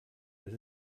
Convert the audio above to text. das